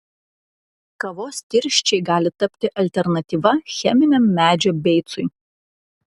kavos tirščiai gali tapti alternatyva cheminiam medžio beicui